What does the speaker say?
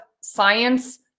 science